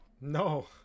No